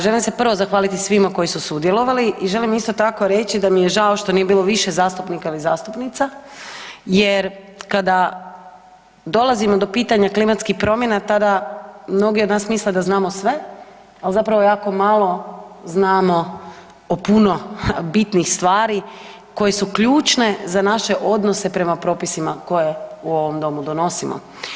Želim se prvo zahvaliti svima koji su sudjelovati i želim isto tako reći da mi je žao što nije bilo više zastupnika ili zastupnica jer kada dolazimo do pitanja klimatskih promjena tada mnogi od nas misle da znamo sve, ali zapravo jako malo znamo o puno bitnih stvari koje su ključne za naše odnose prema propisima koje u ovom domu donosimo.